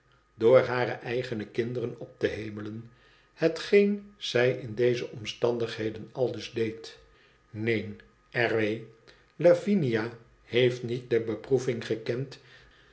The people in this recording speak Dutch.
door hare eigene kinderen op te hemelen hetgeen zij in deze omstandigheid aldus deed ineen r w lavinia heeft niet de beproeving gekend